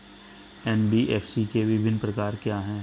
NBFC के विभिन्न प्रकार क्या हैं?